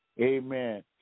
Amen